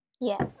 yes